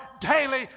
daily